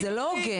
זה לא הוגן.